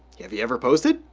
you have you ever posted?